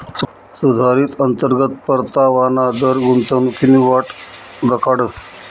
सुधारित अंतर्गत परतावाना दर गुंतवणूकनी वाट दखाडस